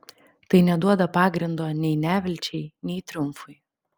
tai neduoda pagrindo nei nevilčiai nei triumfui